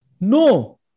No